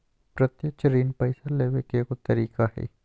प्रत्यक्ष ऋण पैसा लेबे के एगो तरीका हइ